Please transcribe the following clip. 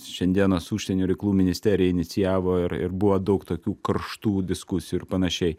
šiandienos užsienio reikalų ministerija inicijavo ir ir buvo daug tokių karštų diskusijų ir panašiai